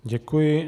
Děkuji.